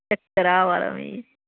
चक्कर अवा दा मिगी